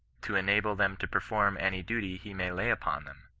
to en able them to perform any duty he may lay upon them?